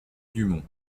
dumont